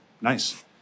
nice